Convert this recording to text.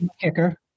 Kicker